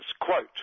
quote